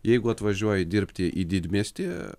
jeigu atvažiuoji dirbti į didmiestį